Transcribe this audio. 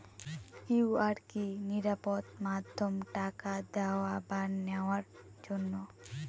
QR কি নিরাপদ মাধ্যম টাকা দেওয়া বা নেওয়ার জন্য?